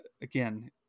again